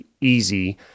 easy